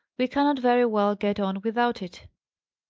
we cannot very well get on without it.